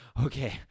okay